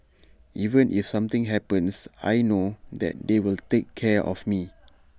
even if something happens I know that they will take care of me